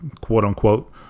quote-unquote